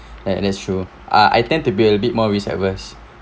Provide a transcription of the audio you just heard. ya that's true ah I tend to be a bit more risk adverse